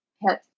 hit